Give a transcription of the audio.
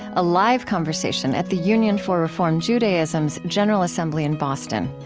a live conversation at the union for reform judaism's general assembly in boston.